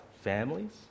families